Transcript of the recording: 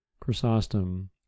Chrysostom